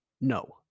no